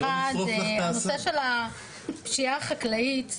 בנושא של הפשיעה החקלאית,